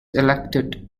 elected